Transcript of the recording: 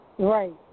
Right